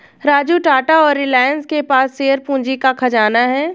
राजू टाटा और रिलायंस के पास शेयर पूंजी का खजाना है